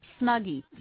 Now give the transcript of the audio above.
Snuggie